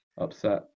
upset